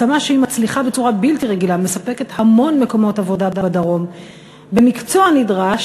השמה שמצליחה בצורה בלתי רגילה ומספקת המון מקומות בדרום במקצוע נדרש,